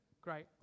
Great